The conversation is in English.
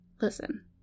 listen